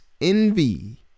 envy